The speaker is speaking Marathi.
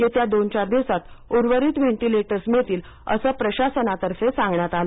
येत्या दोन चार दिवसात उर्वरित व्हेन्टिलेटर्स मिळतील असं प्रशासनातर्फे सांगण्यात आलं